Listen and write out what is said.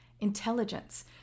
intelligence